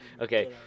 okay